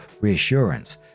reassurance